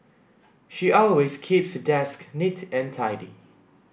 she always keeps her desk neat and tidy